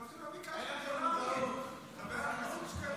טוב שלא ביקשת --- חבר הכנסת שקלים.